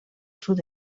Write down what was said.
sud